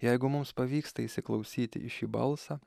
jeigu mums pavyksta įsiklausyti į šį balsą